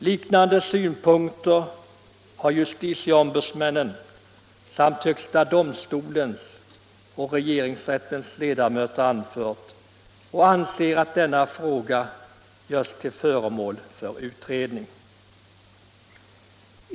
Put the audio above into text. Liknande synpunkter har justitieombudsmännen samt högsta domstolen och regeringsrättens ledamöter anfört, och man anser att denna fråga bör göras till föremål för utredning.